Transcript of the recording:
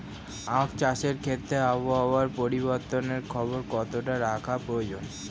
আখ চাষের ক্ষেত্রে আবহাওয়ার পরিবর্তনের খবর কতটা রাখা প্রয়োজন?